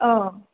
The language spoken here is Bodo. औ